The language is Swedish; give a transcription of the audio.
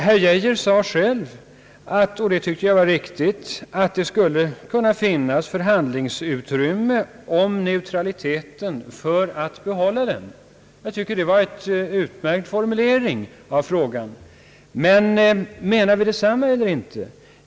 Herr Geijer sade själv — och det tycker jag är riktigt — att det skulle kunna finnas förhandlingsutrymme om neutraliteten för att behålla den. Jag tycker det var en utmärkt formulering av frågan. Men menar vi detsamma eller inte?